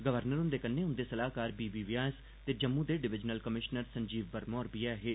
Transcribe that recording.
governor हुंदे कन्नै उंदे सलाह्कार बी बी व्यास ते जम्मू दे डिवीजनल कमिषनर संजीव वर्मा होर बी ऐ हे